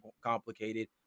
complicated